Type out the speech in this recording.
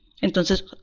Entonces